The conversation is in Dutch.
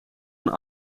een